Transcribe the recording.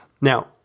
Now